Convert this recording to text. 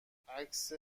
عکس